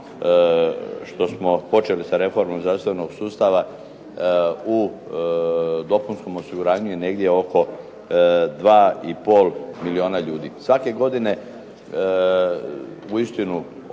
što smo počeli sa reformom zdravstvenog sustava, u dopunskom osiguranju je negdje oko 2 i pol milijuna ljudi. Svake godine, uistinu